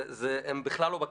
הם בכלל לא בכיוון.